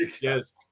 Yes